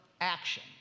action